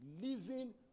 living